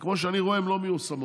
וכמו שאני רואה, הן לא מיושמות.